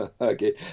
Okay